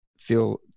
feel